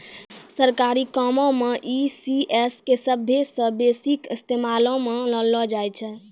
सरकारी कामो मे ई.सी.एस के सभ्भे से बेसी इस्तेमालो मे लानलो जाय छै